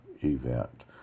event